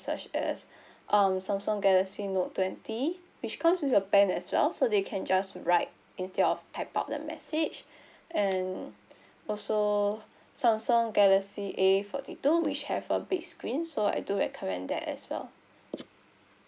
such as um Samsung galaxy note twenty which comes with a pen as well so they can just right instead of type out the message and also Samsung galaxy A forty two which have a big screen so I do recommend that as well